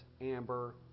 Amber